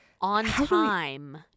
on-time